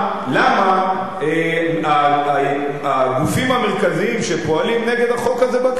למה הגופים המרכזיים שפועלים נגד החוק הזה בכנסת,